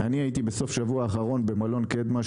אני הייתי בסוף שבוע אחרון במלון קדמה,